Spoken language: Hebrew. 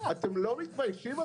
אתם לא מתביישים?